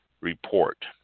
Report